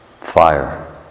fire